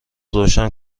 روشن